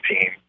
team